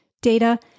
data